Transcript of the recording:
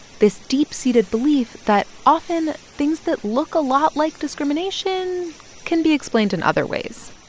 this deep-seated belief that often things that look a lot like discrimination can be explained in other ways.